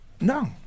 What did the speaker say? No